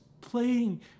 playing